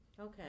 Okay